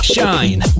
Shine